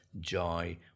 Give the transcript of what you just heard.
joy